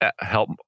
help